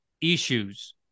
issues